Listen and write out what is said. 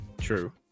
True